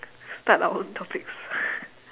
start our own topics